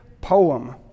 poem